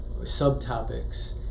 subtopics